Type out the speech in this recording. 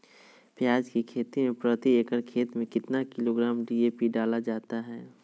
प्याज की खेती में प्रति एकड़ खेत में कितना किलोग्राम डी.ए.पी डाला जाता है?